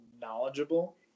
knowledgeable